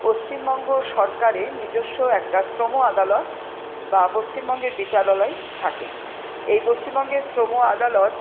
পশ্চিমবঙ্গ সরকারের নিজেস্ব একটা শ্রম আদালত বা পশ্চিমবঙ্গের বিচারালয় থাকে এই পশ্চিমবঙ্গের শ্রম আদালত